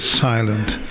silent